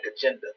agenda